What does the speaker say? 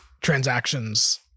transactions